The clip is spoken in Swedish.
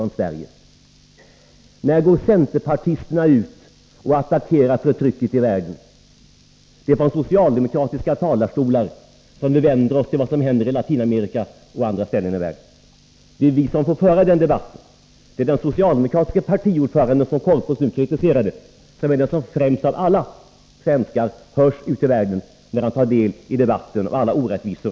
När går centerpartisterna ut och attackerar förtrycket i världen? Det är från socialdemokratiska talarstolar som vi vänder oss emot vad som händer i Latinamerika och andra ställen i världen. Det är vi socialdemokrater som får föra den debatten. Den socialdemokratiske partiordföranden, som Sture Korpås kritiserade, är den person som främst av alla svenskar gör sin röst hörd ute i världen när han tar del av all ofärd och orättvisor.